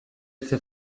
efe